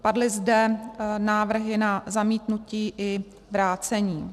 Padly zde návrhy na zamítnutí i vrácení.